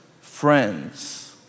friends